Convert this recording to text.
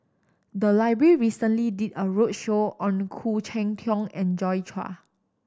the library recently did a roadshow on Khoo Cheng Tiong and Joi Chua